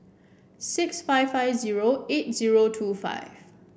six five five zero eight zero two five